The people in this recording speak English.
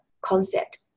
concept